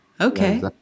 Okay